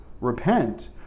Repent